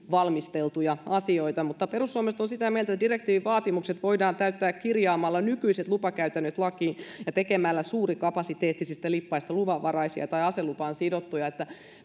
valmisteltuja asioita mutta perussuomalaiset ovat sitä mieltä että direktiivin vaatimukset voidaan täyttää kirjaamalla nykyiset lupakäytännöt lakiin ja tekemällä suurikapasiteettisista lippaista luvanvaraisia tai aselupaan sidottuja eli